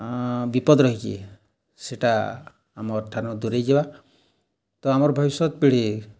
ବିପଦ ରହିଛି ସେଟା ଆମର୍ ଠାରୁ ଦୂରେଇ ଯିବା ତ ଆମର୍ ଭବିଷ୍ୟତ୍ ପିଢ଼ୀ